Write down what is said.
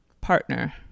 partner